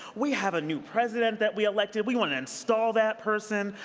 we have a new president that we elected. we want to install that person.